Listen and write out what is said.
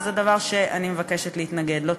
וזה דבר שאני מבקשת להתנגד לו.